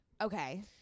Okay